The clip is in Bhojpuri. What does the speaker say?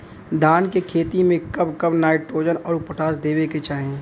धान के खेती मे कब कब नाइट्रोजन अउर पोटाश देवे के चाही?